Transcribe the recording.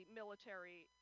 military